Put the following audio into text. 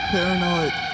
Paranoid